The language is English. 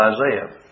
Isaiah